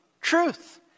truth